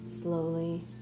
Slowly